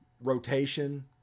rotation